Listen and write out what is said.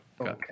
Okay